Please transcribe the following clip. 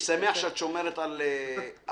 אני שמח שאת שומרת על אבו,